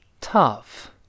tough